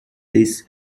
this